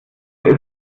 das